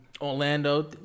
Orlando